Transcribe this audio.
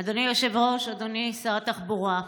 אדוני היושב-ראש, אדוני שר התחבורה,